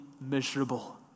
miserable